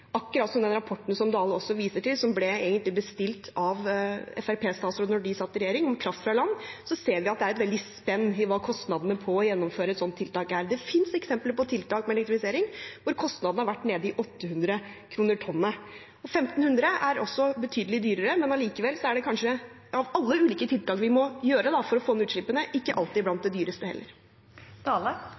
Akkurat som i den rapporten som Dale også viser til, som egentlig ble bestilt av en Fremskrittsparti-statsråd da de satt i regjering, Kraft fra land, ser vi at det er et veldig spenn i hva kostnadene ved å gjennomføre et slikt tiltak er. Det finnes eksempler på tiltak med elektrifisering hvor kostnadene har vært nede i 800 kr tonnet. 1 500 kr er betydelig dyrere, men allikevel er det kanskje av alle ulike tiltak vi må gjøre for å få ned utslippene, ikke alltid blant de dyreste heller.